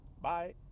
Bye